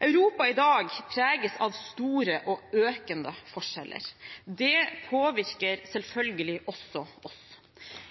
Europa i dag preges av store og økende forskjeller. Det påvirker selvfølgelig også oss.